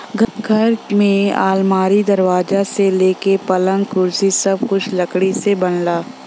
घर में अलमारी, दरवाजा से लेके पलंग, कुर्सी सब कुछ लकड़ी से बनला